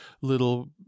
little